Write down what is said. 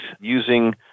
using